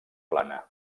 plana